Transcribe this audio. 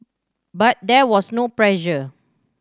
but there was no pressure